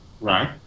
Right